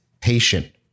patient